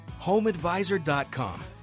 HomeAdvisor.com